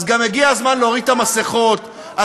אתם אומרים שאתם רוצים להתגרש